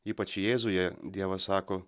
ypač jėzuje dievas sako